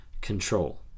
control